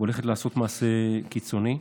והולכת לעשות מעשה קיצוני.